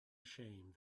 ashamed